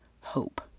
hope